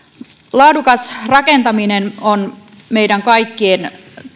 laadukas rakentaminen on meidän kaikkien